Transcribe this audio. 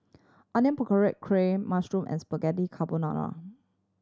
Onion Pakora Kheer Mushroom and Spaghetti Carbonara